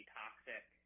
toxic